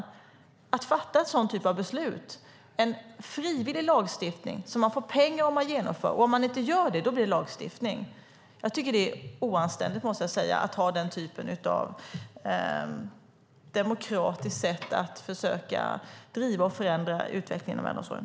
Vad tänker han kring att fatta beslut om en frivillig lagstiftning som man får pengar om man genomför men om man inte gör det så blir det lagstiftning? Jag måste säga att jag tycker att det är oanständigt att ha den typen av demokratiskt sätt att försöka driva och förändra utvecklingen av äldreomsorgen.